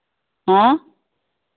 हाँ